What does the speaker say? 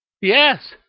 Yes